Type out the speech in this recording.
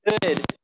good